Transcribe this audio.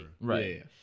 Right